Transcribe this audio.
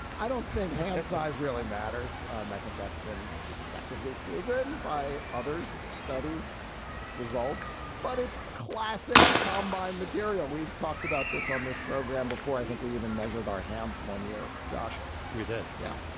i don't think half size really matters. and i think that's been effectively proven by others studies results. but it's classic combined material. we've talked about this on this program before. i think we even measured our hands one year. josh we did, yeah.